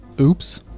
Oops